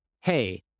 hey